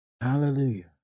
Hallelujah